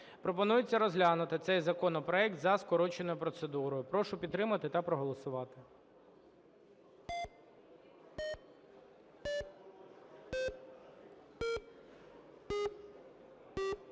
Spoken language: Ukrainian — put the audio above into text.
Пропонується розглянути цей законопроект за скороченою процедурою. Прошу підтримати та проголосувати.